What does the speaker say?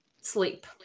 sleep